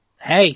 hey